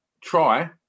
try